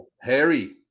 Harry